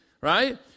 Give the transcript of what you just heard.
Right